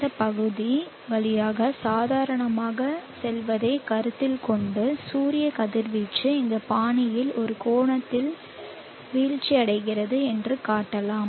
இந்த பகுதி வழியாக சாதாரணமாக செல்வதைக் கருத்தில் கொண்டு சூரிய கதிர்வீச்சு இந்த பாணியில் ஒரு கோணத்தில் வீழ்ச்சியடைகிறது என்று காட்டலாம்